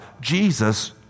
Jesus